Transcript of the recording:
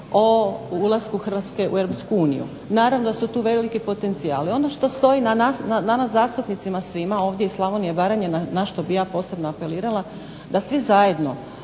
o ulasku Hrvatske u Europsku uniju, naravno da su tu veliki potencijali, ono što stoji na nama zastupnicima svima nama zastupnicima iz Slavonije i Baranje na što bi ja posebno apelirala da svi zajedno